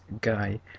guy